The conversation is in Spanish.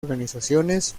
organizaciones